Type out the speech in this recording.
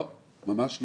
לא, ממש לא.